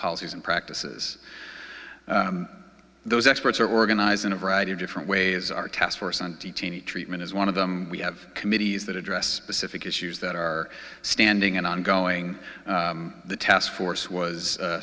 policies and practices those experts are organized in a variety of different ways our task force on detainee treatment is one of them we have committees that address specific issues that are standing and ongoing the task force was